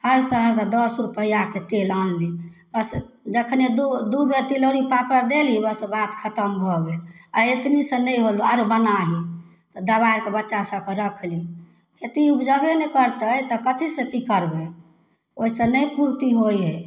बड़ साहस सऽ दस रुपैआके तेल आनली बस जखने दू दू बेर तिलौड़ी पापड़ देली बस बात खतम भऽ गेल आ एतनी सऽ नहि होल आरो बनाही तऽ दबारिके बच्चा सबके रखली एतनी उपजबे नहि करतै तऽ कथी से की करबै ओहिसे नहि पूर्ति होइ हइ